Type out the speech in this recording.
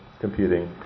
computing